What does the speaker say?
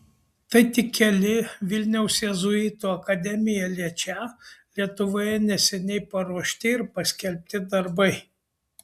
tai tik keli vilniaus jėzuitų akademiją liečią lietuvoje neseniai paruošti ir paskelbti darbai